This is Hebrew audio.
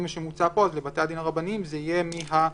לפי מה שמוצע פה, לבתי הדין הרבניים זה יהיה מ-29